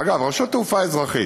אגב, רשות התעופה האזרחית,